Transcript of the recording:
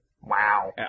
Wow